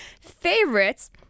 favorites